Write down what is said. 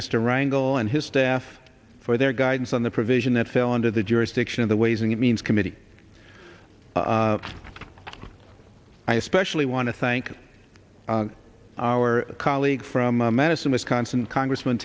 mr rangle and his staff for their guidance on the provision that fell under the jurisdiction of the ways and means committee i especially want to thank our colleague from madison wisconsin congressm